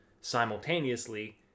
simultaneously